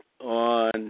On